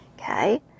Okay